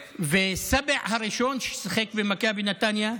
וסבע, הראשון ששיחק במכבי נתניה.